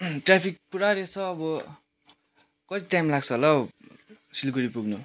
traffic पुरा रहेछ अब कति टाइम लाग्छ होला हौ सिलगढी पुग्नु